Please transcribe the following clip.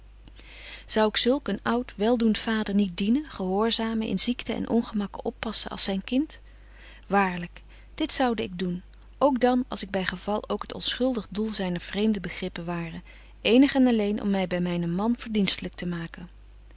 zou ik zulk een oud weldoent vader niet dienen gehoorzamen in ziekte en ongemakken oppassen als zyn kind waarlyk dit zoude ik doen ook dan als ik by geval ook het onschuldig doel zyner vreemde begrippen ware eenig en alleen om my by mynen man verdienstelyk te maken